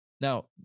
Now